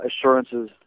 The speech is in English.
assurances